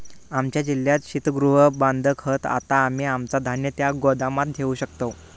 आमच्या जिल्ह्यात शीतगृह बांधत हत, आता आम्ही आमचा धान्य त्या गोदामात ठेवू शकतव